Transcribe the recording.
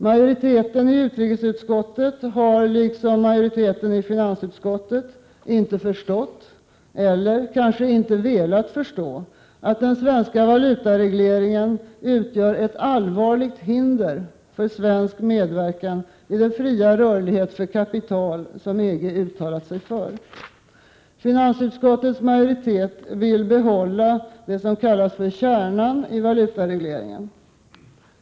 Majoriteten i utrikesutskottet har liksom majoriteten i finansutskottet inte förstått — eller kanske inte velat förstå — att den svenska valutaregleringen utgör ett allvarligt hinder för svensk medverkan i den fria rörlighet för kapital som EG uttalat sig för. Finansutskottets majoritet vill behålla den s.k. kärnan i valutaregleringen.